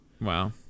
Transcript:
wow